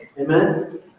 Amen